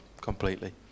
completely